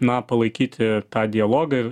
na palaikyti tą dialogą ir